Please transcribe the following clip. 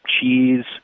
cheese